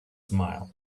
smile